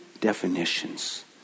definitions